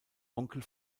onkel